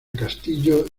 castillo